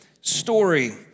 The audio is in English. story